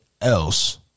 else